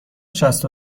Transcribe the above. شصت